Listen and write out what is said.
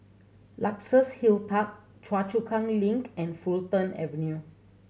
Luxus Hill Park Choa Chu Kang Link and Fulton Avenue